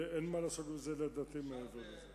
ואין מה לעשות עם זה לדעתי מעבר לזה.